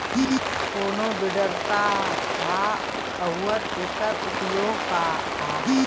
कोनो विडर का ह अउर एकर उपयोग का ह?